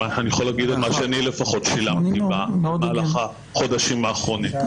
אני יכול להגיד את מה שאני לפחות שילמתי במהלך החודשים האחרונים.